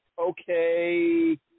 okay